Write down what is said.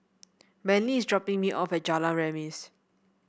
Manley is dropping me off at Jalan Remis